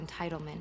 entitlement